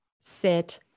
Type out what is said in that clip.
sit